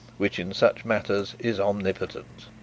which in such matters is omnipotent.